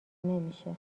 نمیشه